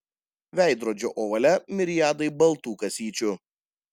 veidrodžio ovale miriadai baltų kasyčių